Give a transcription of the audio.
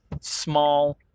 small